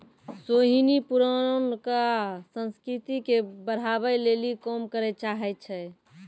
सोहिनी पुरानका संस्कृति के बढ़ाबै लेली काम करै चाहै छै